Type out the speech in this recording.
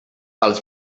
els